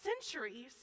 centuries